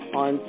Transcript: on